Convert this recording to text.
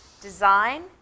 design